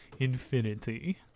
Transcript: Infinity